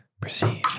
Perceive